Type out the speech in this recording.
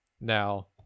Now